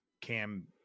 Cam